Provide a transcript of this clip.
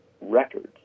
records